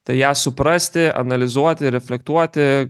tai ją suprasti analizuoti reflektuoti